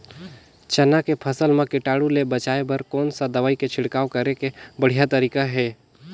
चाना के फसल मा कीटाणु ले बचाय बर कोन सा दवाई के छिड़काव करे के बढ़िया तरीका हे?